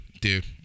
Dude